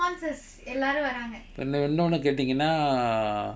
இப்ப இன்னொன்னு கேட்டிங்கனா:ippa innonu keatinganaa